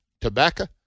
tobacco